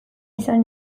izan